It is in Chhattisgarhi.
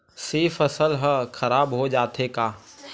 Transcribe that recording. से फसल ह खराब हो जाथे का?